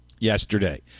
Yesterday